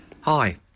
Hi